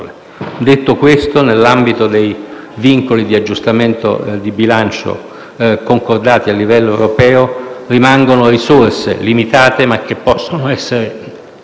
Detto ciò, nell'ambito dei vincoli di aggiustamento di bilancio concordati a livello europeo rimangono risorse limitate, che possono però